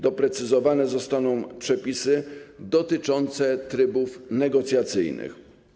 Doprecyzowane zostaną przepisy dotyczące trybów negocjacyjnych.